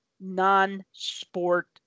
non-sport